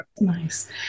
Nice